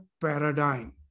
paradigm